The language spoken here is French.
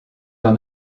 dans